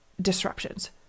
disruptions